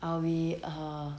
I'll be err